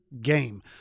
game